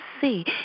see